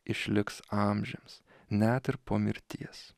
išliks amžiams net ir po mirties